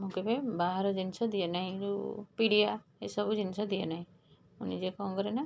ମୁଁ କେବେ ବାହାର ଜିନିଷ ଦିଏନାହିଁ ଯେଉଁ ପିଡ଼ିଆ ଏସବୁ ଜିନିଷ ଦିଏନାହିଁ ମୁଁ ନିଜେ କ'ଣ କରେ ନା